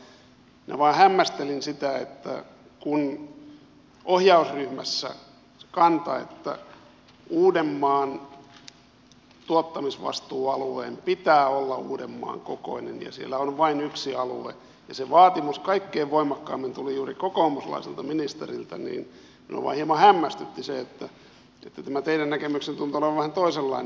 minua vain hieman hämmästytti että kun ohjausryhmässä oli kanta että uudenmaan tuottamisvastuualueen pitää olla uudenmaan kokoinen ja siellä on vain yksi alue ja se vaatimus kaikkein voimakkaimmin tuli juuri kokoomuslaiselta ministeriltä niin tämä teidän näkemyksenne tuntuu olevan vähän toisenlainen